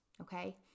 Okay